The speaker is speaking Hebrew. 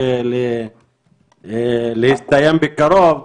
חבר הכנסת טאהא, דקה אחרונה, בבקשה,